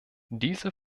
diese